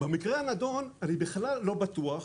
במקרה הנדון אני בכלל לא בטוח,